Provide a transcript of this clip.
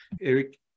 Eric